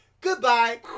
Goodbye